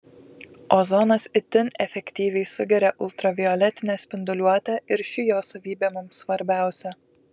ozonas itin efektyviai sugeria ultravioletinę spinduliuotę ir ši jo savybė mums svarbiausia